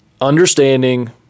understanding